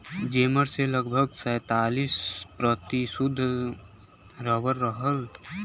जेमन से लगभग सैंतालीस प्रतिशत सुद्ध रबर रहल